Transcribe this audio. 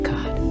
God